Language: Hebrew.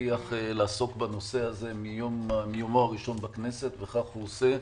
הבטיח לעסוק בנושא הזה מיומו הראשון בכנסת וכך הוא עושה.